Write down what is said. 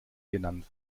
genannt